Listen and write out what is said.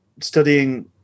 studying